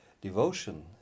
Devotion